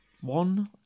one